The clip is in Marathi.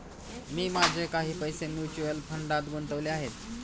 मी माझे काही पैसे म्युच्युअल फंडात गुंतवले आहेत